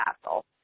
castle